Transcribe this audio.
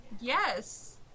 Yes